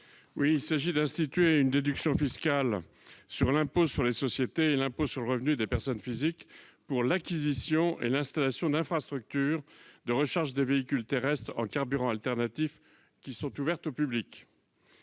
vise à instituer une déduction fiscale de 40 % sur l'impôt sur les sociétés et l'impôt sur le revenu des personnes physiques pour l'acquisition et l'installation d'infrastructures de recharge des véhicules terrestres en carburants alternatifs qui sont ouvertes au public.